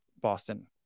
Boston